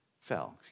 fell